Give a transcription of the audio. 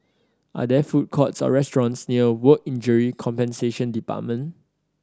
are there food courts or restaurants near Work Injury Compensation Department